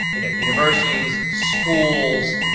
you know, universities, schools,